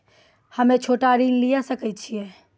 हम्मे छोटा ऋण लिये सकय छियै?